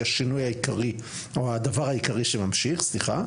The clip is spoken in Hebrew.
היא השינוי העיקרי או הדבר העיקרי שממשיך.